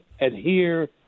adhere